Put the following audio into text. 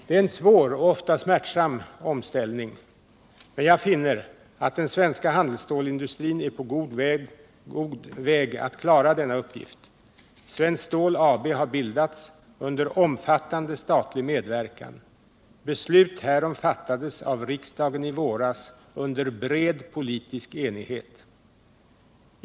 Det är en svår och ofta smärtsam omställning. Men jag finner att den svenska handelsstålsindustrin är på god väg att klara denna uppgift. Svenskt Stål AB har bildats under omfattande statlig medverkan. Beslut härom fattades av riksdagen i våras under bred politisk enighet.